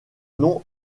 nom